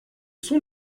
sont